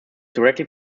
directly